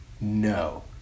no